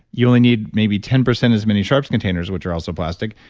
you only need maybe ten percent as many sharps containers, which are also plastic,